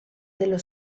dello